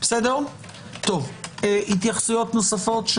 התייחסויות נוספות?